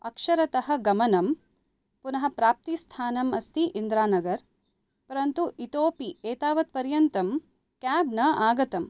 अक्षरतः गमनं पुनः प्राप्तिस्थानम् अस्ति इन्द्रानगर् परन्तु इतोऽपि एतावत् पर्यन्तं केब् न आगतम्